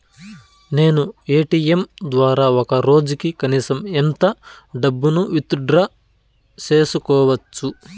నేను ఎ.టి.ఎం ద్వారా ఒక రోజుకి కనీసం ఎంత డబ్బును విత్ డ్రా సేసుకోవచ్చు?